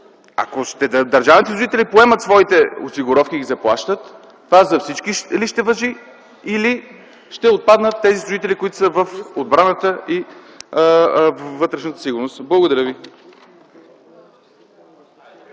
ако държавните служители поемат своите осигуровки и ги заплащат, това за всички ли ще важи или ще отпаднат тези служители, които са в системата на отбраната и вътрешната сигурност? Благодаря.